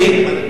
זה,